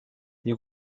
die